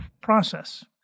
process